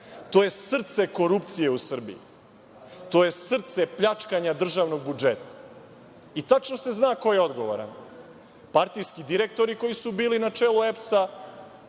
To je srce korupcije u Srbiji. To je srce pljačkanja državnog budžeta. Tačno se zna ko je odgovoran – partijski direktori koji su bili na čelu EPS